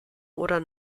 oder